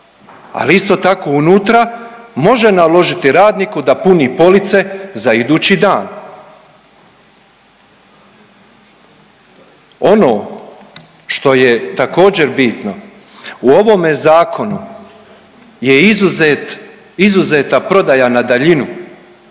ali isto tako unutra može naložiti radniku da puni police za idući dan. Ono što je također bitno u ovome zakonu je izuzet, izuzeta prodaja na daljinu,